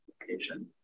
location